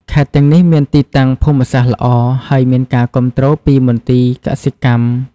ខេត្តទាំងនេះមានទីតាំងភូមិសាស្ត្រល្អ ហើយមានការគាំទ្រពីមន្ទីរកសិកម្ម។